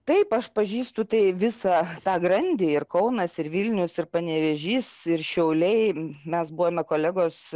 taip aš pažįstu tai visą tą grandį ir kaunas ir vilnius ir panevėžys ir šiauliai mes buvome kolegos